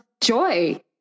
joy